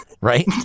right